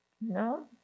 No